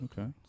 Okay